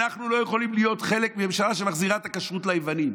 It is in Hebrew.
אנחנו לא יכולים להיות חלק מממשלה שמחזירה את הכשרות ליוונים.